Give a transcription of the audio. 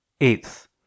Eighth